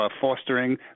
fostering